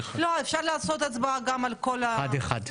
לא, אפשר לעשות הצבעה גם על כל ה --- אחד אחד.